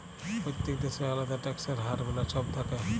প্যত্তেক দ্যাশের আলেদা ট্যাক্সের হার গুলা ছব থ্যাকে